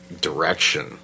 direction